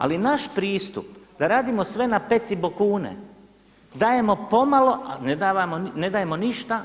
Ali naš pristup da radimo sve na pecibokune, dajemo pomalo a ne dajemo ništa.